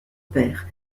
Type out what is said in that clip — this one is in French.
père